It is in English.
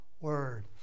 word